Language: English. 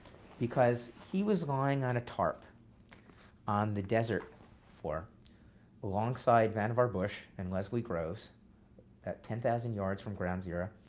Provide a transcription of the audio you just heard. because he was lying on a tarp on the desert floor alongside vannevar bush and leslie groves at ten thousand yards from ground zero.